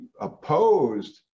opposed